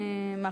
ועדת כספים.